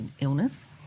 illness